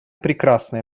прекрасное